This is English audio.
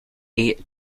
eight